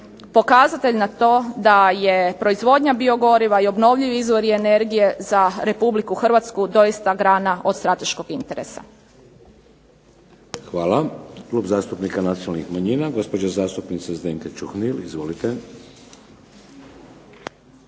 pokazatelj na to da je proizvodnja biogoriva i obnovljivi izvori energije za Republiku Hrvatsku doista grana od strateškog interesa. **Šeks, Vladimir (HDZ)** Hvala. Klub zastupnika Nacionalnih manjina, gospođa zastupnica Zdenka Čuhnil. Izvolite.